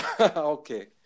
Okay